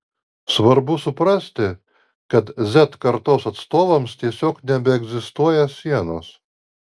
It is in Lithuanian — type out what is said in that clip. svarbu suprasti kad z kartos atstovams tiesiog nebeegzistuoja sienos